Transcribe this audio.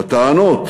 לטענות